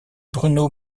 bruno